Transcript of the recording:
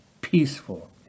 peaceful